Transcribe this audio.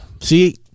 See